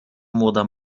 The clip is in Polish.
młoda